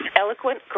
eloquent